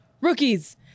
Rookies